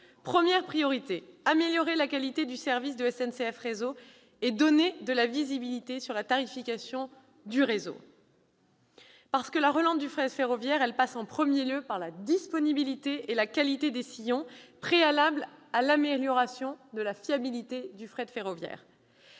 Première priorité : améliorer la qualité de service de SNCF Réseau et donner de la visibilité sur la tarification du réseau. La relance du fret ferroviaire passe en premier lieu par la disponibilité et la qualité des sillons, préalables à l'amélioration de sa fiabilité. La ministre